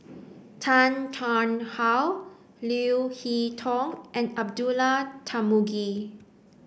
Tan Tarn How Leo Hee Tong and Abdullah Tarmugi